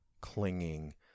clinging